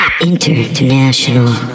International